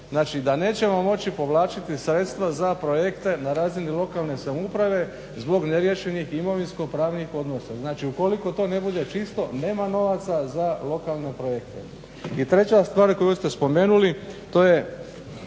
znači da nećemo moći povlačiti sredstva za projekte na razini lokalne samouprave zbog neriješenih imovinsko-pravnih odnosa. Znači, ukoliko to ne bude čisto nema novaca za lokalne projekte. I treća stvar koju ste spomenuli to je